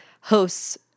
hosts